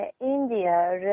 India